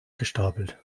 gestapelt